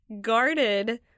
guarded